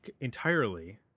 entirely